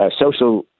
social